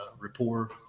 rapport